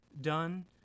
done